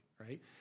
right